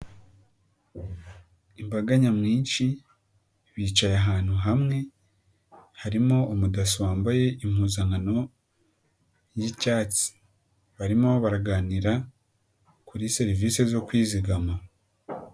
Imbaga nyamwinshi bicaye ahantu hamwe, harimo amadaso wambaye impuzankano y'icyatsi, barimo baraganira kuri serivisi zo kwizigama.